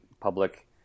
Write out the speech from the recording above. public